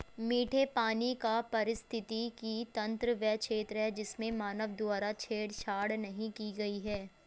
मीठे पानी का पारिस्थितिकी तंत्र वह क्षेत्र है जिसमें मानव द्वारा छेड़छाड़ नहीं की गई है